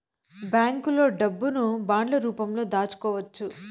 బ్యాంకులో డబ్బును బాండ్ల రూపంలో దాచుకోవచ్చు